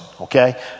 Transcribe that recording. okay